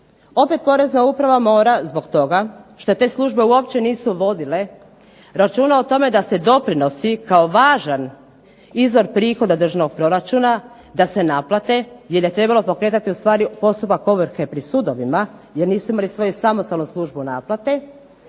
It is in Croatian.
opet porezna uprava mora zbog toga što te službe uopće nisu vodili računa o tome da se doprinosi kao važan izvor prihoda državnog proračuna, da se naplate jer je trebalo pogledati postupak ovrhe pri sudovima, jer nisu imali svoju samostalnu službu naplate,